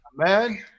Amen